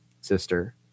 sister